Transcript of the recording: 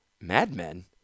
Madmen